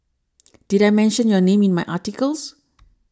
did I mention your name in my articles